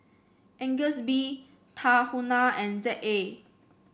Agnes B Tahuna and Z A